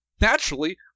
Naturally